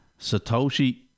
Satoshi